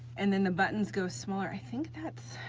and then the buttons go smaller, i think that's,